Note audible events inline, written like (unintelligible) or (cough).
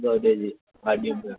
ॿियो जंहिंजे (unintelligible)